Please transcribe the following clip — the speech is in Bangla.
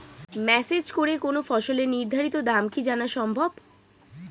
মেসেজ করে কোন ফসলের নির্ধারিত দাম কি জানা সম্ভব?